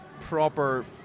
proper